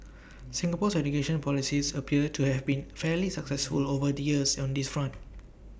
Singapore's education policies appear to have been fairly successful over the years on this front